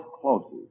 closest